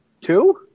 Two